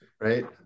right